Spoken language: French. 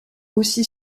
aussi